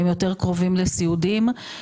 הם יותר קרובים לסיעודיים.